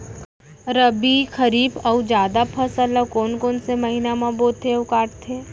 रबि, खरीफ अऊ जादा फसल ल कोन कोन से महीना म बोथे अऊ काटते?